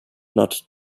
not